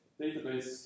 database